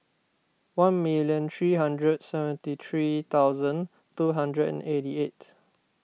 one minute three hundred seventy three thousand two hundred and eighty eight